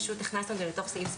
פשוט הכנסנו את זה לתוך סעיף ספציפי.